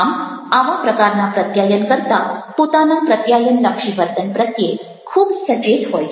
આમ આવા પ્રકારના પ્રત્યાયનકર્તા પોતાના પ્રત્યાયનલક્ષી વર્તન પ્રત્યે ખૂબ સચેત હોય છે